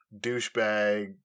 douchebag